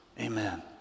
Amen